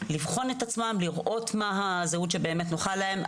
לבחון את עצמם ולראות מה היא באמת הזהות שנוחה להם,